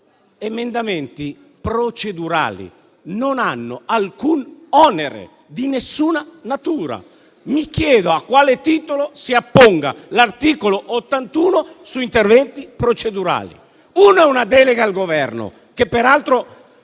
sono emendamenti procedurali, che non hanno alcun onere, di alcuna natura. Mi chiedo a quale titolo si apponga l'articolo 81 su interventi procedurali. Uno è una delega al Governo, che peraltro